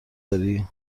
داری